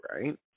right